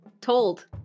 told